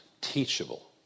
teachable